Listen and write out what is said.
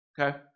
okay